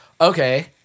Okay